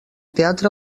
teatre